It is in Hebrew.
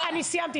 סיימתי.